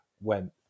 went